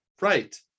Right